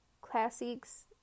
classics